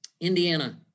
Indiana